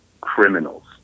criminals